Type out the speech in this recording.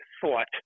thought